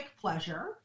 pleasure